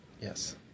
Yes